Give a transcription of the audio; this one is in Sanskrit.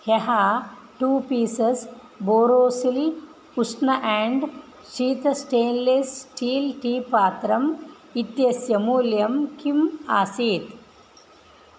ह्यः टु पीसेस् बोरोसिल् उष्ण एण्ड् शीत स्टेन्लेस् स्टील् टी पात्रम् इत्यस्य मूल्यं किम् आसीत्